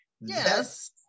yes